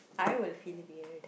I will feel weird